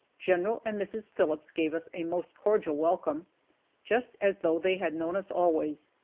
general and mrs. phillips gave us a most cordial welcome just as though they had known us always.